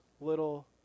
little